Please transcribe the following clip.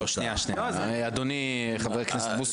לא, שנייה, אדוני חבר הכנסת בוסו